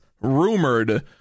rumored